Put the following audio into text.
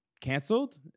canceled